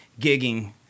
gigging